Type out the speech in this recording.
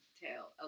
tail